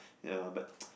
ya but